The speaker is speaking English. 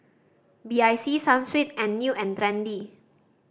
B I C Sunsweet and New and Trendy